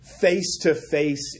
face-to-face